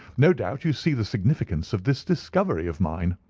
no doubt you see the significance of this discovery of mine?